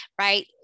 right